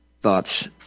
thoughts